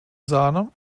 sahne